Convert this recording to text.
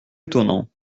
étonnant